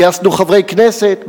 גייסנו חברי כנסת,